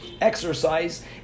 exercise